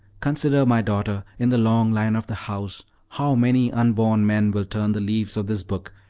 consider, my daughter, in the long life of the house, how many unborn men will turn the leaves of this book,